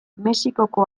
mexikoko